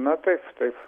na taip taip